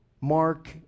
Mark